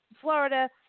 Florida